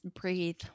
breathe